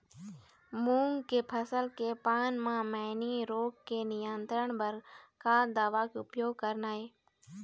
मूंग के फसल के पान म मैनी रोग के नियंत्रण बर का दवा के उपयोग करना ये?